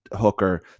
hooker